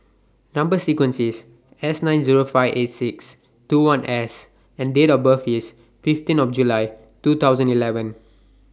Number sequence IS S nine Zero five eight six two one S and Date of birth IS fifteen of July two thousand eleven